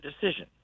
decision